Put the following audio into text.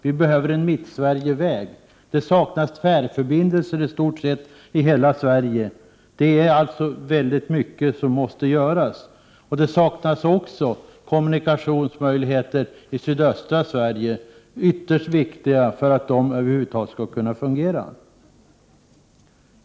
Vi behöver en Mittsverigeväg. Tvärförbindelser saknas i stort sett i hela Sverige. Det är mycket som måste göras. Kommunikationsmöjligheter saknas också i sydöstra Sverige. De möjligheterna är ytterst viktiga för att verksamheterna där över huvud taget skall kunna fungera.